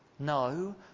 No